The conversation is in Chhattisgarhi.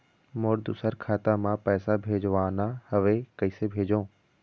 मोर दुसर खाता मा पैसा भेजवाना हवे, कइसे भेजों?